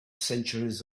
centuries